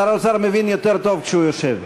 שר האוצר מבין יותר טוב כשהוא יושב.